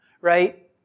right